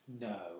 No